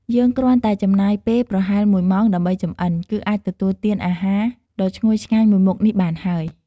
យើងគ្រាន់តែចំណាយពេលប្រហែលមួយម៉ោងដើម្បីចម្អិន គឺអាចទទួលទានអាហារដ៏ឈ្ងុយឆ្ងាញ់មួយមុខនេះបានហើយ។